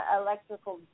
electrical